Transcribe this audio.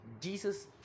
Jesus